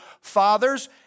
fathers